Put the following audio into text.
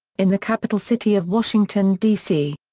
in the capital city of washington, d c.